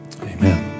amen